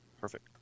Perfect